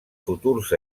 futurs